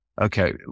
Okay